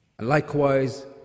Likewise